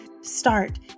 start